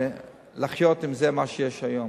לחיות עם מה שיש היום.